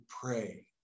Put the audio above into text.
pray